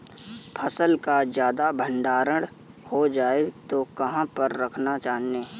फसल का ज्यादा भंडारण हो जाए तो कहाँ पर रखना चाहिए?